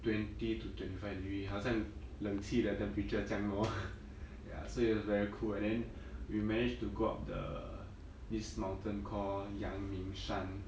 twenty to twenty five degree 好像冷气的 temperature 这样 lor ya so it was very cool and then we managed to go up the this mountain call 阳明山